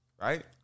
right